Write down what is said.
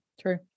True